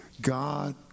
God